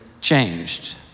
changed